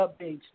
updates